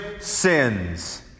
sins